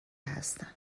هستن